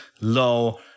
low